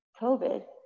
COVID